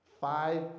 Five